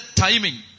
timing